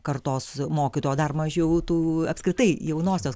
kartos mokytojų o dar mažiau tų apskritai jaunosios